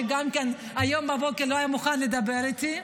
שגם כן היום בבוקר לא היה מוכן לדבר איתי,